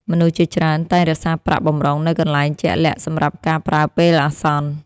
មនុស្សជាច្រើនតែងរក្សាប្រាក់បម្រុងនៅកន្លែងជាក់លាក់សម្រាប់ការប្រើពេលអាសន្ន។